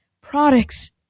products